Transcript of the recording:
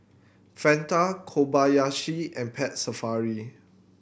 Fanta Kobayashi and Pet Safari